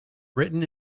written